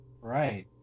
Right